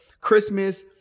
Christmas